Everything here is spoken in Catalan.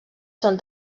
són